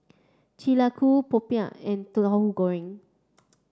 Chi Lak Kuih Popiah and Tauhu Goreng